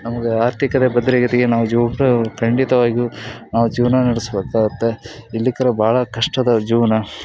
ನಮಗೆ ಆರ್ಥಿಕತೆ ಭದ್ರ ಗತಿಗೆ ನಾವು ಜೀವ್ನ ಖಂಡಿತವಾಗಿಯು ನಾವು ಜೀವನ ನಡೆಸಬೇಕಾಗುತ್ತೆ ಇಲ್ಲಿ ಕರ ಭಾಳ ಕಷ್ಟದ ಜೀವನ